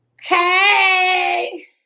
Hey